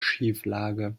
schieflage